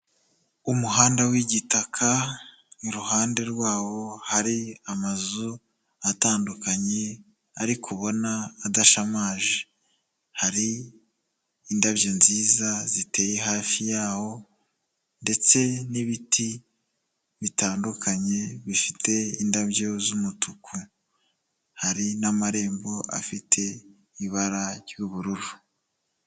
Umuhanda w'igitaka, iruhande rwawo hari amazu atandukanye ariko ubona adashamaje, hari indabyo nziza ziteye hafi yaho ndetse n'ibiti bitandukanye bifite indabyo z'umutuku, hari n'amarembo afite ibara ry'ubururu.